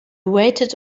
waited